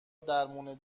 درمون